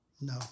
No